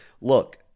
Look